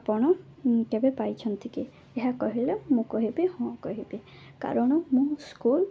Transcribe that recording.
ଆପଣ କେବେ ପାଇଛନ୍ତି କି ଏହା କହିଲେ ମୁଁ କହିବି ହଁ କହିବି କାରଣ ମୁଁ ସ୍କୁଲ୍